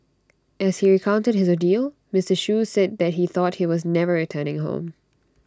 as he recounted his ordeal Mister Shoo said that he thought he was never returning home